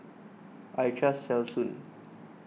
I trust Selsun